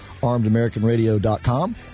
armedamericanradio.com